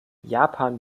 japan